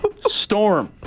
Storm